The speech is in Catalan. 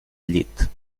llit